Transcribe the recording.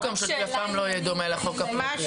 --- החוק הממשלתי אף פעם לא יהיה דומה לחוק הפרטי.